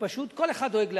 שפשוט כל אחד דואג לעצמו.